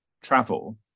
travel